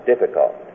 difficult